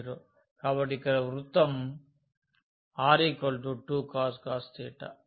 కాబట్టి ఇక్కడ వృత్తం r 2cos